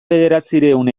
bederatziehun